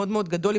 מאוד מאוד גדול,